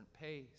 pace